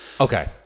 Okay